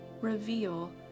reveal